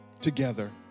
together